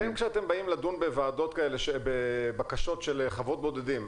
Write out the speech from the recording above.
כשאתם באים לדון בוועדות כאלה בבקשות של חוות בודדים,